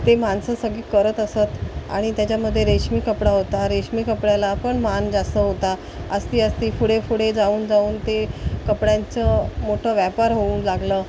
ते माणसं सगळी करत असत आणि त्याच्यामध्ये रेशमी कपडा होता रेशमी कपड्याला पण मान जास्त होता आस्ती आस्ती पुढे पुढे जाऊन जाऊन ते कपड्यांचं मोठं व्यापार होऊ लागलं